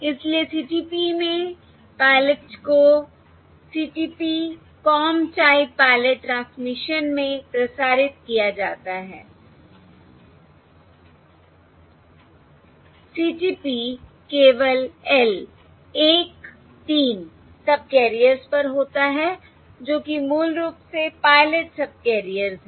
इसलिए CTP में pilot को CTP comb type pilot transmission में प्रसारित किया जाता है CTP केवल L 1 3 सबकैरियर्स पर होता है जो कि मूल रूप से पायलट सबकैरियर्स है